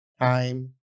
time